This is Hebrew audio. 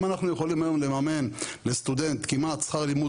אם אנחנו יכולים היום לממן לסטודנט כמעט שכר לימוד